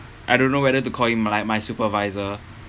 I don't know whether to call him like my supervisor